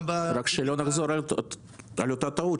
גם --- רק שלא נחזור על אותה טעות,